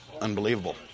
Unbelievable